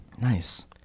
Nice